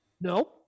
No